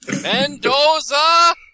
Mendoza